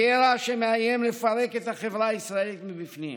קרע שמאיים לפרק את החברה הישראלית מבפנים.